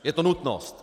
Je to nutnost.